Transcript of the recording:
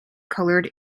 coloured